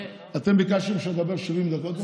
אתם ביקשתם שאדבר 70 דקות,